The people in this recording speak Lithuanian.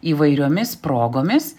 įvairiomis progomis